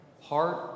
Heart